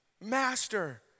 Master